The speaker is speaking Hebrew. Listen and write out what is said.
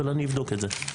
אבל אני אבדוק את זה.